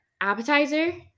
appetizer